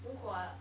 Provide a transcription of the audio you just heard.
如果